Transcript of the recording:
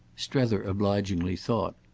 strether obligingly thought.